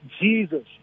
Jesus